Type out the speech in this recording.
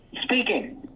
Speaking